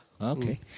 okay